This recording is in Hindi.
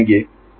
तो अब यह 0 है